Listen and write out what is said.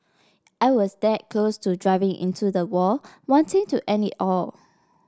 I was that close to driving into the wall wanting to end it all